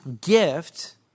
gift